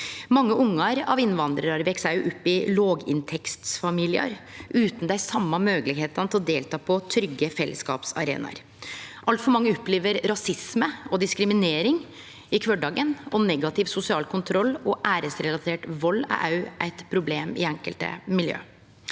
Mange barn av innvandrarar veks òg opp i låginntektsfamiliar, utan dei same moglegheitene til å delta på trygge fellesskapsarenaar. Altfor mange opplever rasisme og diskriminering i kvardagen, og negativ sosial kontroll og æresrelatert vald er òg eit problem i enkelte miljø.